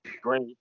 great